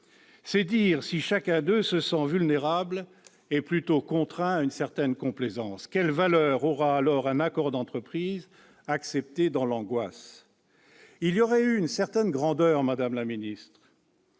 C'est dire si chacun d'eux se sent vulnérable et plutôt contraint à une certaine complaisance. Quelle valeur aura alors un accord d'entreprise accepté dans l'angoisse ? Il aurait eu une autre grandeur, madame la ministre,